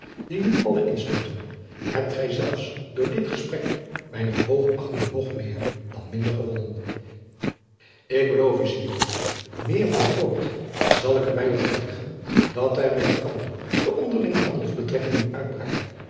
die nu alle instorten hebt gij zelfs door dit gesprek mijne hoogachting nog meer dan immer gewonnen ik beloof u signore meer dan ooit zal ik er mij op toeleggen dat wij met elkander de onderlinge handelbetrekkingen uitbreiden